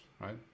right